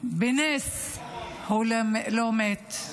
בנס הוא לא מת.